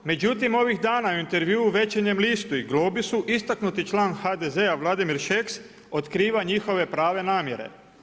Međutim, ovih dana u intervjuu u Večernjem listu i Globusu istaknuti član HDZ-a Vladimir Šeks otkriva njihove prave namjere.